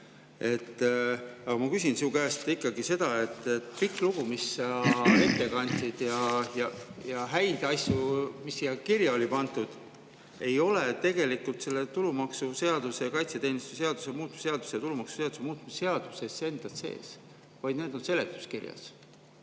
ma küsin su käest ikkagi seda. Pikk oli lugu, mis sa ette kandsid, aga häid asju, mis siia kirja on pandud, ei ole tegelikult selles tulumaksuseaduse ja kaitseväeteenistuse seaduse muutmise seaduses ning tulumaksuseaduse muutmise seaduses endas sees, vaid need on seletuskirjas.